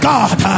God